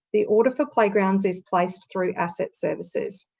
the order for playgrounds is placed through our set services.